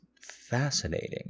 fascinating